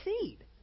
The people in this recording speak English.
seed